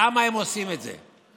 למה הם עושים את זה?